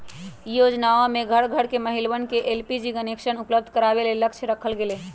ई योजनमा में घर घर के महिलवन के एलपीजी कनेक्शन उपलब्ध करावे के लक्ष्य रखल गैले